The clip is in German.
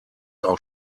auch